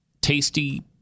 tasty